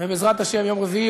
בעזרת השם ביום רביעי,